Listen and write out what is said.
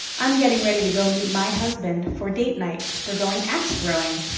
i'm getting ready to go meet my husband for date night. we're going ax throwing.